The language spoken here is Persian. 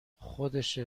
خودشه